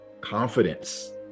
confidence